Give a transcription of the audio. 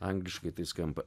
angliškai tai skamba